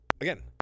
again